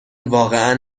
واقعا